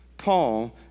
Paul